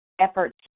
efforts